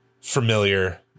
familiar